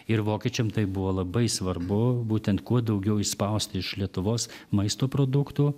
ir vokiečiam tai buvo labai svarbu būtent kuo daugiau išspausti iš lietuvos maisto produktų